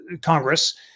Congress